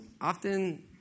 often